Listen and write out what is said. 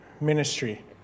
ministry